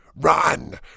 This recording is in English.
Run